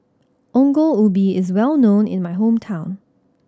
Ongol Ubi is well known in my hometown